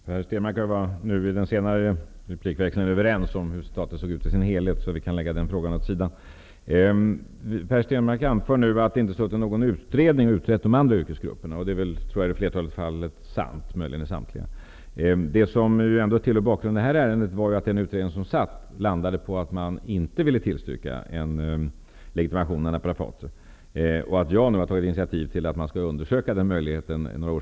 Herr talman! Per Stenmarck och jag var vid den senaste replikväxlingen överens om hur citatet ser ut i sin helhet, så vi kan lägga den frågan åt sidan. Per Stenmarck anför nu att de andra yrkesgrupperna inte har utretts. Det är i flertalet fall sant -- möjligen kan det gälla samtliga. Bakgrunden till det här ärendet är att den utredning som förelåg landade på att inte tillstyrka legitimation av naprapater. Jag har nu några år senare tagit initiativ till att undersöka om det finns ett underlag.